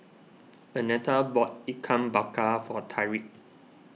Arnetta bought Ikan Bakar for Tyriq